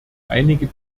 einige